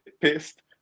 pissed